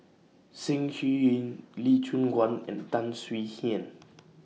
Ceng Shouyin Lee Choon Guan and Tan Swie Hian